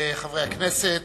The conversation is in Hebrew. חברי הכנסת,